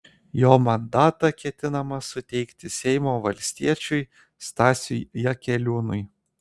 jo mandatą ketinama suteikti seimo valstiečiui stasiui jakeliūnui